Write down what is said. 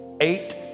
eight